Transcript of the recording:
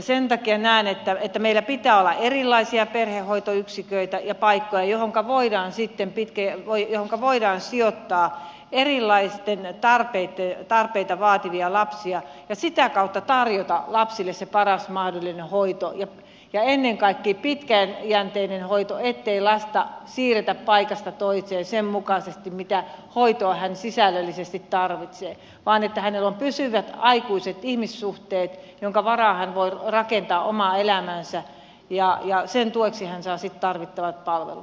sen takia näen että meillä pitää olla erilaisia perhehoitoyksiköitä ja paikka jonka voidaan sitten itkeä paikkoja joihinka voidaan sijoittaa lapsia joilla on erilaisia tarpeita ja sitä kautta tarjota lapsille se paras mahdollinen hoito ja ennen kaikkea pitkäjänteinen hoito ettei lasta siirretä paikasta toiseen sen mukaisesti mitä hoitoa hän sisällöllisesti tarvitsee vaan että hänellä on pysyvät aikuiset ihmissuhteet minkä varaan hän voi rakentaa omaa elämäänsä ja sen tueksi hän saa sitten tarvittavat palvelut